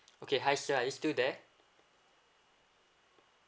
okay hi sir are you still there